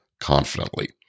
confidently